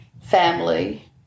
family